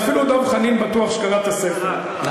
אפילו דב חנין בטוח שקרא את הספר, קרא, קרא.